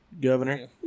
Governor